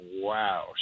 wow